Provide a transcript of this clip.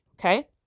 Okay